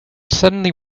suddenly